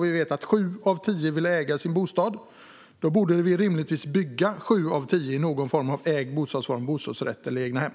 Vi vet att sju av tio vill äga sin bostad. Då borde vi rimligtvis bygga sju av tio bostäder i ägda bostadsformer av något slag. Det kan vara bostadsrätt eller egnahem.